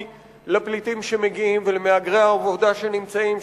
לפליטים שמגיעים ולמהגרי העבודה שנמצאים,